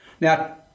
Now